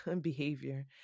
behavior